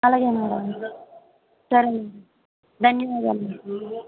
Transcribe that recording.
అలాగే మేడమ్ సరే మేడమ్ ధన్యవాదాలు మేడమ్